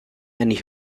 and